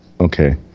okay